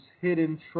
hidden